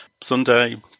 Sunday